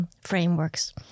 frameworks